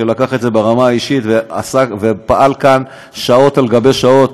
שלקח את זה ברמה האישית ועסק ופעל כאן שעות על שעות,